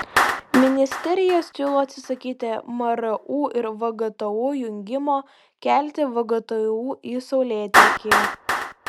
ministerija siūlo atsisakyti mru ir vgtu jungimo kelti vgtu į saulėtekį